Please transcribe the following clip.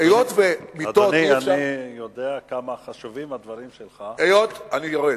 אדוני, אני יודע כמה חשובים הדברים שלך, אני יורד.